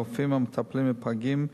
רופאים המטפלים בפגים,